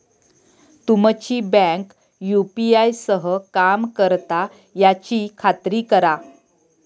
तुमची bank UPI सह काम करता याची खात्री करा